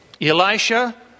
Elisha